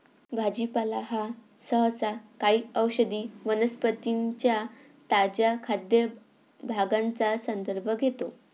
भाजीपाला हा सहसा काही औषधी वनस्पतीं च्या ताज्या खाद्य भागांचा संदर्भ घेतो